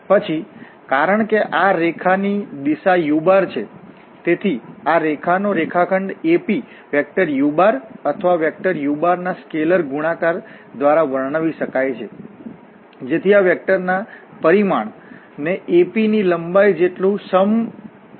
પછી કારણ કે આ રેખા ની દિશા u છે તેથી આ રેખા નો રેખાખંડ AP વેક્ટરu અથવા વેક્ટરu ના સ્કેલર ગુણાકાર દ્વારા વર્ણવી શકાય છે જેથી આ વેક્ટરના પરિમાણ ને AP ની લંબાઈ જેટલુ સમાયોજિત કરવામાં આવશે